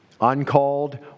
Uncalled